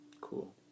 Cool